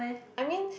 I mean